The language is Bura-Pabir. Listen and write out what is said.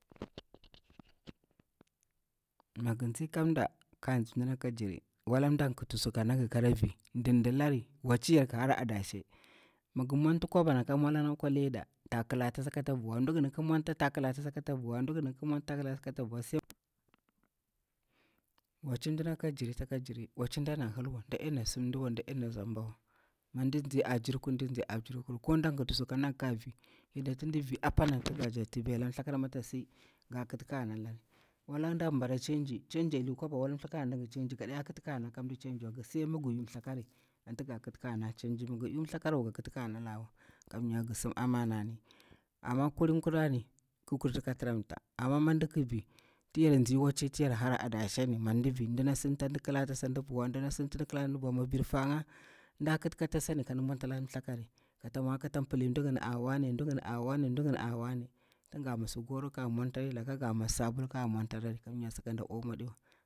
Mi gir nzi ka mɗa, kora tsi mid ne ka jiri, wala dan kiti su ka nalaga kara vi dildilari, wacci yarki hara adashe, mi ngir mwanti kwaban aka malan akwa leader, ta kiila tasa kata vi, mdingini ki mwanta, mdinigni ki mwanta ta kila tasa kota vi, wacci mdina ka jiri take jiri, nda ɗena simdiwa, mi di tsi a jirkuna naɗi tsi a jirkur, wala ndi ndaga su ka vi, yarda tin nalaga apani anti ga viyari, thakar mi taksi apam anti ga kitori ka nalari wa la dan bara chanji, wala anadi odiya kiti kara hamtawa sai mi gir yu thakari, amma ka kitiwa kamnya gi sim amana, mi gir kita, amma kulin ki tiramta, wacci ni adashe ni, nda kit ka tasa ni mi vir fa nga ɗa mwantala thlakari, ka ta mwa kota pili, mdi gini apani, ga masti sabulu kara mwanta dage.